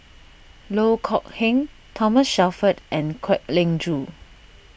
Loh Kok Heng Thomas Shelford and Kwek Leng Joo